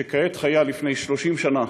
שכעת חיה לפני 30 שנה,